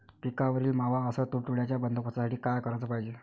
पिकावरील मावा अस तुडतुड्याइच्या बंदोबस्तासाठी का कराच पायजे?